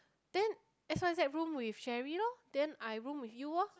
then S_Y_Z room with Cherry loh then I room with you loh